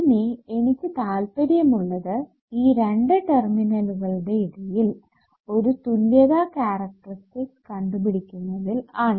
ഇനി എനിക്ക് താൽപര്യം ഉള്ളത് ഈ രണ്ടു ടെർമിനലുകളുടെ ഇടയിൽ ഉള്ള തുല്യത കാരക്ടറിസ്റ്റിക്സ് കണ്ടുപിടിക്കുന്നതിൽ ആണ്